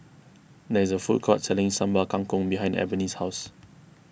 there is a food court selling Sambal Kangkong behind Ebony's house